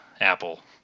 apple